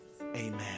amen